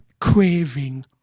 craving